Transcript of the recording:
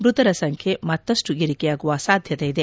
ಮೃತರ ಸಂಖ್ಯೆ ಮತ್ತಷ್ಟು ಏರಿಕೆಯಾಗುವ ಸಾಧ್ಯತೆ ಇದೆ